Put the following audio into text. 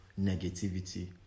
negativity